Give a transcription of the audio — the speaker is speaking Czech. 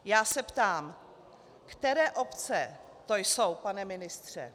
Já se ptám, které obce to jsou, pane ministře.